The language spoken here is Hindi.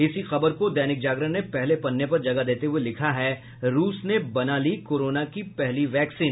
इसी खबर को दैनिक जागरण ने पहले पन्ने पर जगह देते हुये लिखा है रूस ने बना ली कोरोना की पहली वैक्सीन